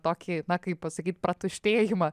tokį na kaip pasakyt pratuštėjimą